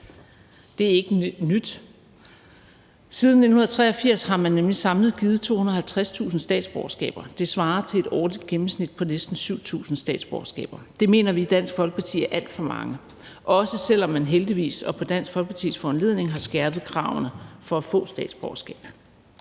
Det er ikke nyt. Siden 1983 har man samlet givet 250.000 statsborgerskaber. Det svarer til et årligt gennemsnit på næsten 7.000 statsborgerskaber. Det mener vi i Dansk Folkeparti er alt for mange, også selv om man heldigvis og på Dansk Folkepartis foranledning har skærpet kravene for at få statsborgerskab.